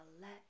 let